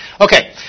Okay